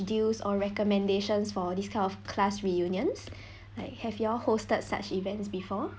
deals or recommendations for this kind of class reunions like have you all hosted such events before